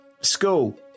School